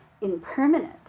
impermanent